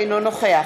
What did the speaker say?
אינו נוכח